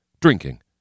drinking